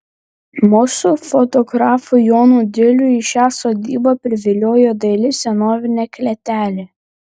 mus su fotografu jonu diliu į šią sodybą priviliojo daili senovinė klėtelė